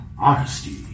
Honesty